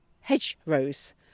hedgerows